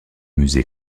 musée